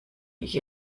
ich